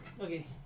Okay